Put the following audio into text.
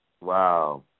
Wow